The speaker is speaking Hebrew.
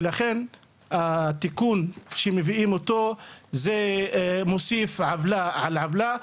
ולכן התיקון שמביאים אותו זה מוסיף עוולה על עוולה.